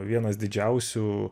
vienas didžiausių